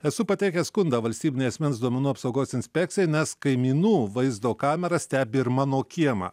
esu pateikęs skundą valstybinei asmens duomenų apsaugos inspekcijai nes kaimynų vaizdo kamera stebi ir mano kiemą